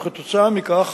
וכתוצאה מכך